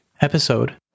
episode